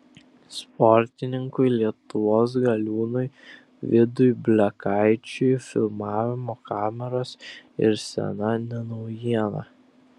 sportininkui lietuvos galiūnui vidui blekaičiui filmavimo kameros ir scena ne naujiena